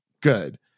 good